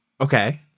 Okay